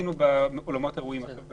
כך עשינו לגבי אולמות אירועים.